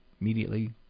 immediately